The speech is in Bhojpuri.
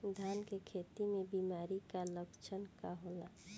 धान के खेती में बिमारी का लक्षण का होला?